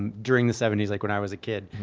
and during the seventy s like when i was a kid.